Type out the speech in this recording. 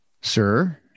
Sir